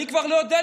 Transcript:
אני כבר לא יודע,